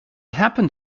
happened